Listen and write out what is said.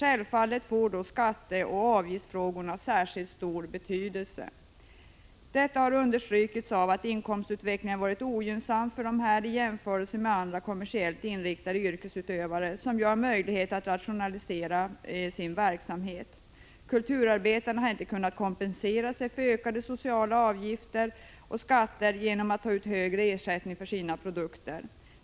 Självfallet får då skatteoch avgiftsfrågorna särskilt 25 april 1986 stor betydelse. Detta har understrukits av att inkomstutvecklingen varit ogynnsam för kulturarbetarna i jämförelse med mer kommersiellt inriktade yrkesutövare, som ju har möjlighet att rationalisera sin verksamhet. Kulturarbetarna har inte kunnat kompensera sig för ökade sociala avgifter och skatter genom att ta ut högre ersättning för sina produkter.